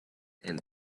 and